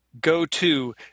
go-to